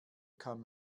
kann